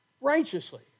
righteously